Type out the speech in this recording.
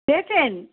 পেয়েছেন